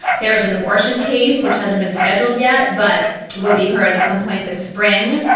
there is an abortion case which hasn't been scheduled yet but will be heard at some point this spring.